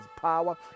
power